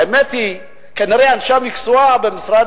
האמת היא שכנראה אנשי המקצוע במשרד